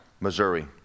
Missouri